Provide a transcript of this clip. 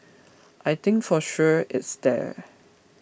I think for sure it's there